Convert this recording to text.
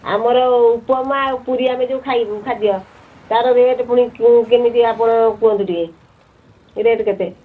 ଆମର ଉପମା ଆଉ ପୁରୀ ଆମେ ଯେଉଁ ଖାଇବୁ ଖାଦ୍ୟ ତାହାର ରେଟ୍ ପୁଣି କେମିତି ଆପଣ କୁହନ୍ତୁ ଟିକିଏ ରେଟ୍ କେତେ